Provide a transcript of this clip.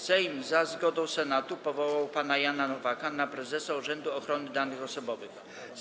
Sejm, za zgodą Senatu, powołał pana Jana Nowaka na prezesa Urzędu Ochrony Danych Osobowych.